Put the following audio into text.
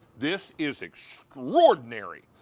this is extraordinary,